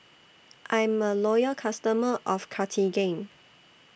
I'm A Loyal customer of Cartigain